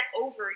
over